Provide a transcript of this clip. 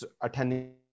attending